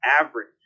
average